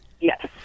Yes